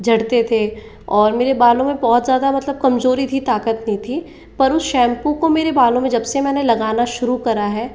झड़ते थे और मेरे बालों में बहुत ज़्यादा मतलब कमजोरी थी ताकत नहीं थी पर उस शैम्पू को मेरे बालो में जब से मैंने लगाना शुरू करा है